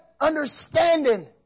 understanding